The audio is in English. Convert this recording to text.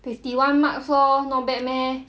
fifty one marks lor not bad meh